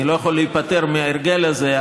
אני לא יכול להיפטר מההרגל הזה,